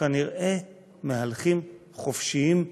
כנראה מהלכים חופשיים בינינו.